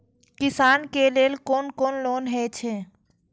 किसान के लेल कोन कोन लोन हे छे?